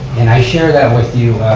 and i share that with you.